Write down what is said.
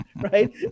right